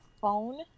phone